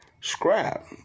scrap